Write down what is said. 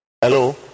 Hello